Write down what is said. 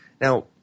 Now